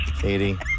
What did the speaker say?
Katie